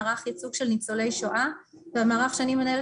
מערך ייצוג של ניצולי שואה והמערך שאני מנהלת